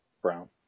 brown